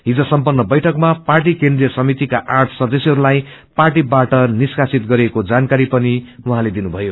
हिज सम्पन बैठकमा पार्टी केन्द्रिय समितिका आठ सदस्यहस्लाई पार्टीबाट निस्कासित गरिएको जानकारी पनि उहाँले दिलुमयो